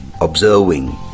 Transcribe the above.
observing